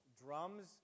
drums